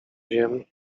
wiem